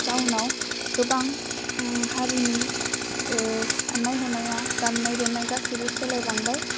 जाउनाव गोबां उह हारिनि ओह साननाय हनाया दामनाय देनाय गासैबो सोलायलांबाइ